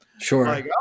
Sure